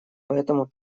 поэтому